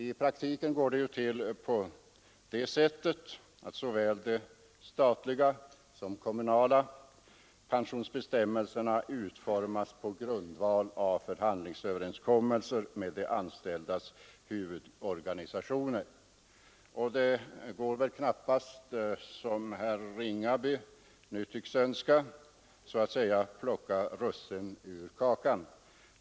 I praktiken går det ju till på det sättet att såväl de statliga som de kommunala pensionsbestämmelserna utformas på grundval av förhandlingsöverenskommelser med de anställdas huvudorganisationer. Det går väl knappast, som herr Ringaby nu tycks önska, att så att säga plocka russinen ur kakan.